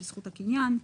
זכות הקניין.